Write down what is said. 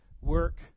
work